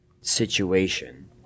situation